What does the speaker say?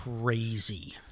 crazy